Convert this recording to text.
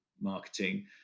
marketing